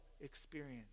experience